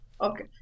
Okay